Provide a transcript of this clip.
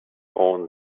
owns